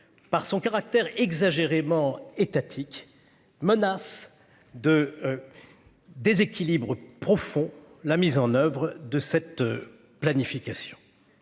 par son caractère exagérément étatique menace de. Déséquilibre profond. La mise en oeuvre de cette. Planification.